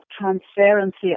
transparency